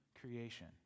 creation